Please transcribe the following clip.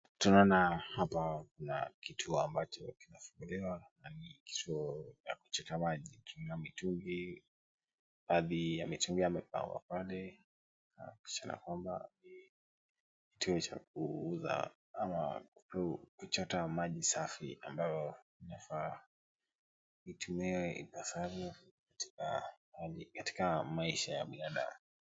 Tunaona hapa kuna kituo ambacho kimefunguliwa na ni kituo cha kuchota maji. Kina mitungi, baadhi ya mitungi yamepangwa pale na kuonyeshana kwamba ni kituo cha kuuza ama kuchota maji safi ambayo inafaa itumiwe ipasavyo katika maisha ya binadamu.